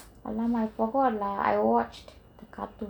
!alamak! I forgot ah I watched a cartoon